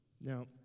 Now